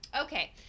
Okay